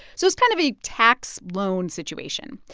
so it's kind of a tax loan situation.